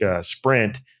sprint